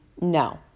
no